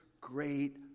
great